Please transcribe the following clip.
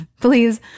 please